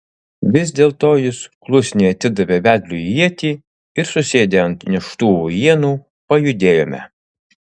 vis dėlto jis klusniai atidavė vedliui ietį ir susėdę ant neštuvų ienų pajudėjome